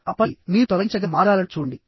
ఆపై మీరు తొలగించగల మార్గాలను చూడండి